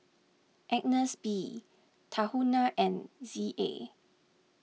Agnes B Tahuna and Z A